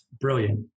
brilliant